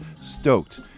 stoked